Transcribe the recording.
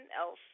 else